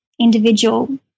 individual